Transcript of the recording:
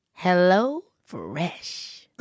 HelloFresh